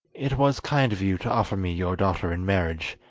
it was kind of you to offer me your daughter in marriage,